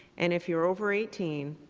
and if you're over eighteen,